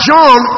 John